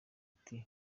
ati